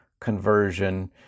conversion